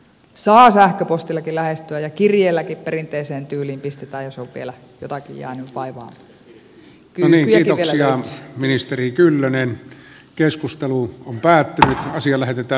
sain sähköpostilkiläistä näki vielä perinteisen tyylin saa sähköpostillakin lähestyä ja kirjeelläkin perinteiseen tyyliin pistetään jos on vielä jokin jäänyt vaivaamaan